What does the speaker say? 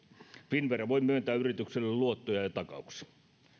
finnvera voi myöntää yritykselle luottoja ja takauksia